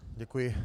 Děkuji.